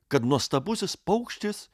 kad nuostabusis paukštis